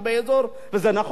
וזה נכון,